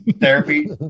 therapy